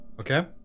Okay